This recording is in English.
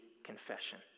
confession